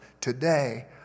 Today